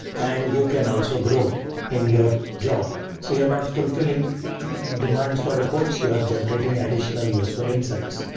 and you can also grow in your job so you're not fulfilling demands for reports. you are generating additional useful insights.